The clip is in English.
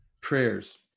prayers